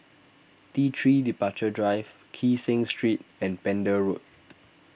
T three Departure Drive Kee Seng Street and Pender Road